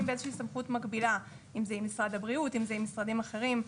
בסמכות מקבילה עם משרד הבריאות או משרדים אחרים.